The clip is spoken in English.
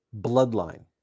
bloodline